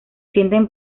sienten